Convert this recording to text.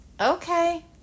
okay